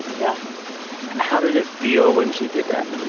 yeah how did it feel when she did that?